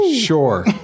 Sure